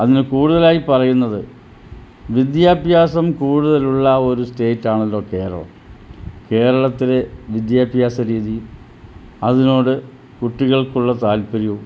അന്ന് കൂടുതലായി പറയുന്നത് വിദ്യാഭ്യാസം കൂടുതലുള്ള ഒരു സ്റ്റേറ്റ് ആണല്ലോ കേരളം കേരളത്തിലെ വിദ്യാഭ്യാസ രീതി അതിനോട് കുട്ടികൾക്കുള്ള താല്പര്യവും